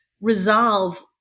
resolve